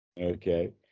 Okay